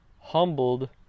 humbled